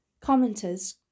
commenters